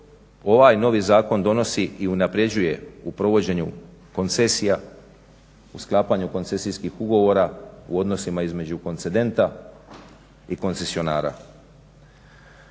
ovaj novi zakon donosi i unapređuje u provođenju koncesija, u sklapanju koncesijskih ugovora u odnosima između koncedenta i koncesionara.